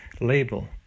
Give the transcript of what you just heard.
Label